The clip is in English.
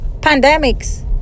pandemics